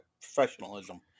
professionalism